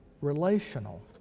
relational